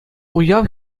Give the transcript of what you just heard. уяв